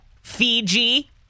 Fiji